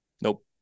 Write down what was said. nope